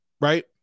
Right